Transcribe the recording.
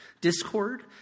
Discord